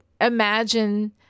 imagine